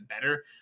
better